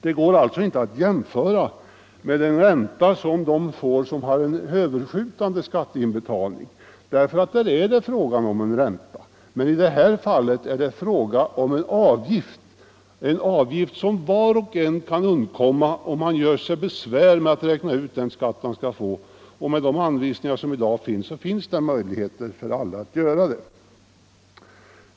Det går alltså inte att jämföra med den ränta som de får som har gjort en överskjutande skatteinbetalning. I det ena fallet är det fråga om en ränta, men i det andra fallet är det fråga om en avgift, som var och en kan undkomma, om man bara gör sig besvär med att räkna ut vilken skatt man skall få. Med de anvisningar som i dag finns är det möjligt för alla att göra detta.